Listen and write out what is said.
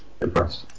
impressed